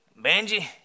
Benji